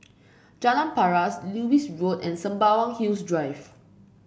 Jalan Paras Lewis Road and Sembawang Hills Drive